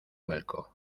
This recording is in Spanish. vuelco